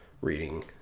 reading